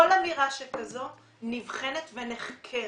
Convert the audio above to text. כל אמירה שכזו נבחנת ונחקרת.